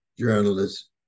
Journalists